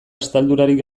estaldurarik